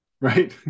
Right